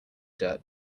dirt